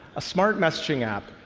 a smart messaging app